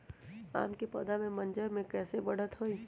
आम क पौधा म मजर म कैसे बढ़त होई?